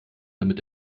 damit